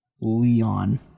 Leon